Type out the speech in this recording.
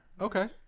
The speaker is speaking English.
Okay